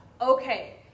Okay